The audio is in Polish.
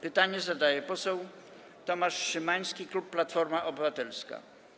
Pytanie zadaje poseł Tomasz Szymański, klub Platforma Obywatelska.